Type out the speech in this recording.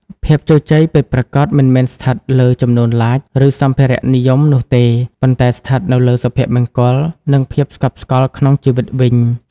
ភាពជោគជ័យពិតប្រាកដមិនមែនស្ថិតនៅលើចំនួន "Like" ឬសម្ភារៈនិយមនោះទេ ប៉ុន្តែស្ថិតនៅលើសុភមង្គល និងភាពស្កប់ស្កល់ក្នុងជីវិតវិញ។